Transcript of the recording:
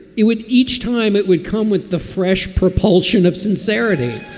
it would each time it would come with the fresh propulsion of sincerity